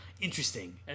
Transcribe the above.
interesting